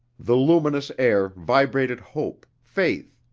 the luminous air vibrated hope, faith,